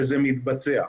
וזה מתבצע.